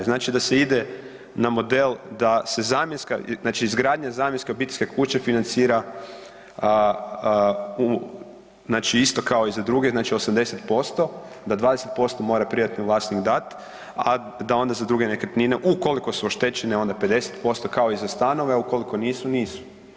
Znači da se ide na model da se zamjenska, znači izgradnja zamjenske obiteljske kuće financira u znači isto kao i za druge, znači 80%, da 20% mora privatno vlasnik dati, a da onda za druge nekretnine, ukoliko su oštećene, onda 50% kao i za stanove, a ukoliko nisu, nisu.